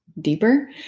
deeper